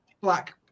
black